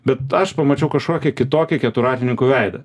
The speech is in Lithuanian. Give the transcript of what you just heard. bet aš pamačiau kažkokį kitokį keturratininkų veidą